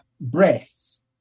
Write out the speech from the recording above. breaths